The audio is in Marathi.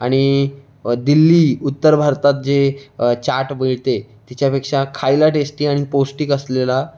आणि दिल्ली उत्तर भारतात जे चाट मिळते तिच्यापेक्षा खायला टेस्टी आणि पौष्टिक असलेला